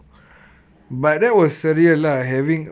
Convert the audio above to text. ya yes